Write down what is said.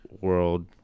world